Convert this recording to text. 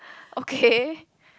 okay